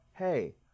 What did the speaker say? hey